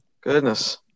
goodness